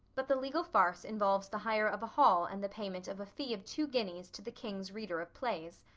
but the legal farce involves the hire of a hall and the payment of a fee of two guineas to the king's reader of plays.